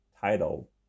title